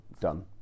done